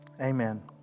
amen